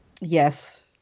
Yes